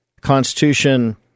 Constitution